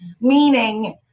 meaning